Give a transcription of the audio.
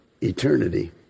Eternity